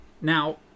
Now